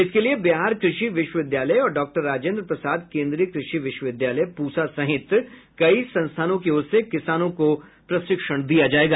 इसके लिए बिहार कृषि विश्वविद्यालय और डॉक्टर राजेन्द्र प्रसाद केन्द्रीय कृषि विश्वविद्यालय पूसा सहित कई संस्थानों की ओर से किसानों को प्रशिक्षण दिया जायेगा